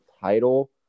title